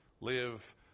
live